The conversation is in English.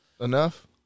enough